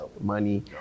money